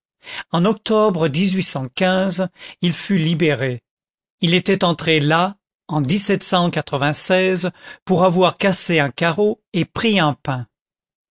en octobre il fut libéré il était entré là en pour avoir cassé un carreau et pris un pain